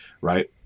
right